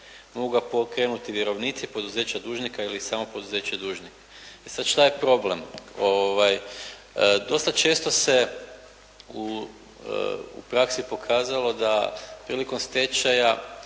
Mogu ga pokrenuti vjerovnici poduzeća dužnika ili samo poduzeće dužnik. E sad, šta je problem? Dosta često se u praksi pokazalo da prilikom stečaja